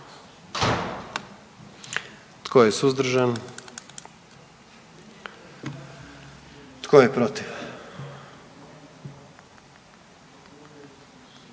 Tko je suzdržan? Tko je protiv?